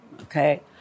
Okay